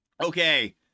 Okay